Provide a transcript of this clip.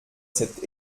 cette